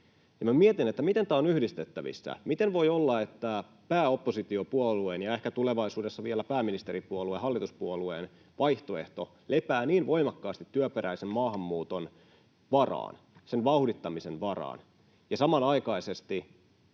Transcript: Mietin, miten tämä on yhdistettävissä, eli miten voi olla, että pääoppositiopuolueen ja ehkä tulevaisuudessa vielä pääministeripuolueen tai hallituspuolueen vaihtoehto lepää niin voimakkaasti työperäisen maahanmuuton vauhdittamisen varaan ja samanaikaisesti